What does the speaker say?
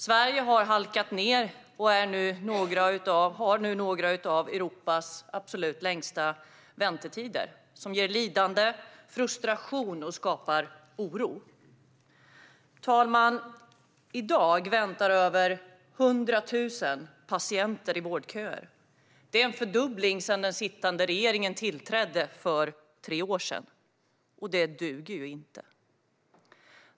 Sverige har halkat ned och har bland de absolut längsta väntetiderna i Europa. Detta ger lidande och frustration och skapar oro. Fru talman! I dag väntar över 100 000 patienter i vårdköer. Det är en fördubbling sedan den sittande regeringen tillträdde för tre år sedan. Detta duger inte.